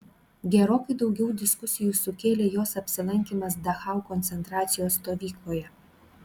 gerokai daugiau diskusijų sukėlė jos apsilankymas dachau koncentracijos stovykloje